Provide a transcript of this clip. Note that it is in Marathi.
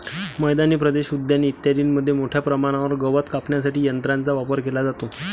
मैदानी प्रदेश, उद्याने इत्यादींमध्ये मोठ्या प्रमाणावर गवत कापण्यासाठी यंत्रांचा वापर केला जातो